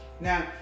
Now